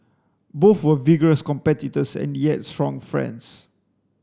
both were vigorous competitors and yet strong friends